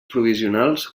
provisionals